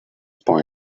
point